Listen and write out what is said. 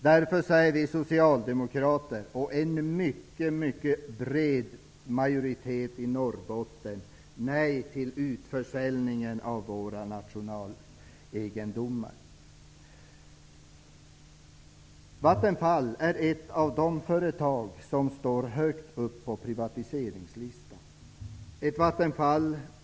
Därför säger vi socialdemokrater, och en mycket bred majoritet i Norrbotten, nej till utförsäljningen av våra nationalegendomar. Vattenfall är ett av de företag som står högt upp på privatiseringslistan.